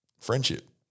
friendship